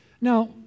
Now